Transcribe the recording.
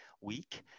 week